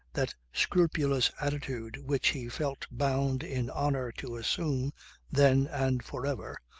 that scrupulous attitude which he felt bound in honour to assume then and for ever,